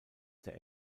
der